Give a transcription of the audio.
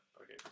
okay